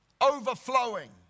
overflowing